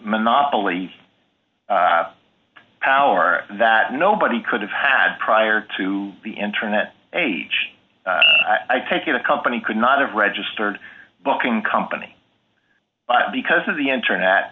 monopoly power that nobody could have had prior to the internet age i take it a company could not have registered booking company because of the internet